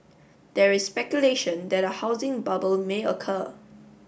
there is speculation that a housing bubble may occur